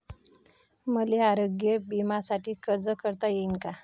मले आरोग्य बिम्यासाठी अर्ज करता येईन का?